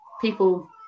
people